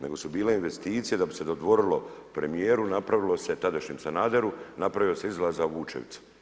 Nego su bile investicije da bi se dodvorilo premijeru, napravilo se, tadašnjem Sanaderu, napravio se izlaz za Vučevicu.